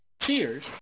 cheers